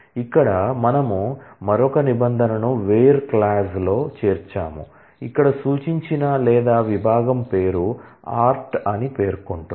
ఇక్కడ మనము మరొక నిబంధనను వేర్ క్లాజ్ అని పేర్కొంటుంది